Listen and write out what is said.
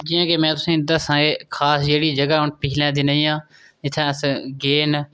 जि'यां कि में तुसें ई दस्सां ऐ खास जेह्ड़ी जगह् पिछले दिनें इ'यां इत्थै अस गे न